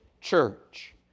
church